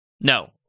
No